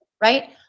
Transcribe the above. right